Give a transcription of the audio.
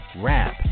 rap